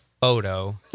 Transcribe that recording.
photo